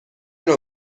نوع